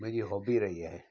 मुंहिंजी हॉबी रही आहे